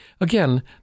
Again